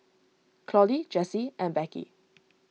Claudie Jessie and Becky